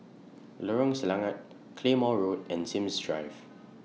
Lorong Selangat Claymore Road and Sims Drive